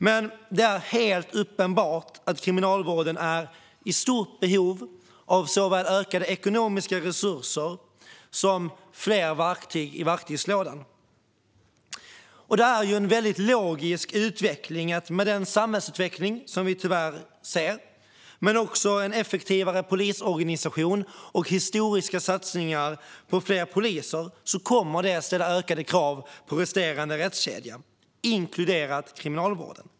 Men det är helt uppenbart att Kriminalvården är i stort behov av såväl ökade ekonomiska resurser som fler verktyg i verktygslådan. Det är en logisk utveckling att den samhällsutveckling som vi tyvärr ser, tillsammans med en effektivare polisorganisation och historiskt stora satsningar på fler poliser, kommer att ställa ökade krav på den resterande rättskedjan, inklusive Kriminalvården.